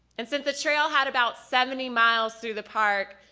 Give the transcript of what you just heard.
and since the trail had about seventy miles through the park,